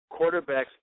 quarterbacks